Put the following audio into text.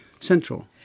central